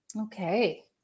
Okay